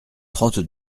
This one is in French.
trente